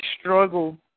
struggle